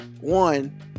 one